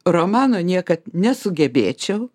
romano niekad nesugebėčiau